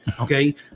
Okay